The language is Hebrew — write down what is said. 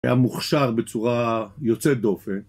היה מוכשר בצורה יוצאת דופן